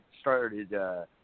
started –